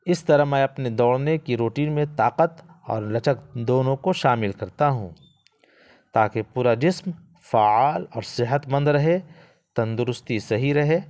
اس طرح میں اپنے دوڑنے کی روٹین میں طاقت اور لچک دونوں کو شامل کرتا ہوں تاکہ پورا جسم فعال اور صحت مند رہے تندرستی صحیح رہے